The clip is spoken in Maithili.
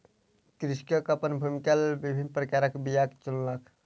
कृषक अपन भूमिक लेल विभिन्न प्रकारक बीयाक चुनलक